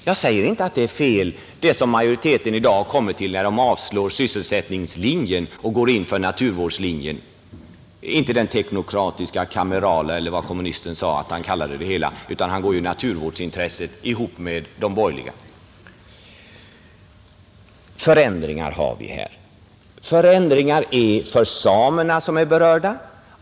Jag säger inte att det som majoriteten i dag har kommit fram till är fel, när majoriteten avslår sysselsättningslinjen och går på naturvårdslinjen — alltså inte den teknokratiska-kamerala linjen som den kommunistiske talaren kallade det. Han handlar i naturvårdsintresset tillsammans med de borgerliga. Det har inträffat stora förändringar för de berörda samerna.